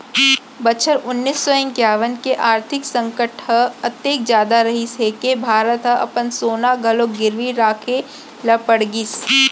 बछर उन्नीस सौ इंकावन के आरथिक संकट ह अतेक जादा रहिस हे के भारत ह अपन सोना घलोक गिरवी राखे ल पड़ गिस